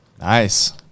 Nice